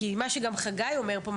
כי מה שגם חגי אומר פה,